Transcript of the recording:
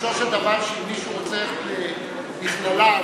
פירושו של דבר שאם מישהו רוצה ללכת למכללה,